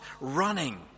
running